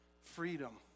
freedom